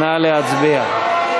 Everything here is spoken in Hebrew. נא להצביע.